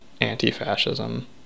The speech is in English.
anti-fascism